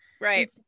right